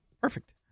Perfect